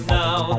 now